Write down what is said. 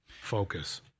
Focus